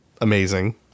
Amazing